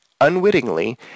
unwittingly